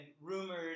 rumors—